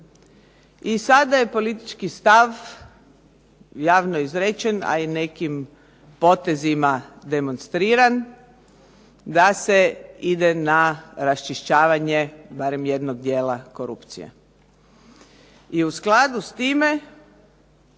i sada je politički stav javno izrečen, a i nekim potezima demonstriran da se ide na raščišćavanje barem jednog dijela korupcije. I u skladu s time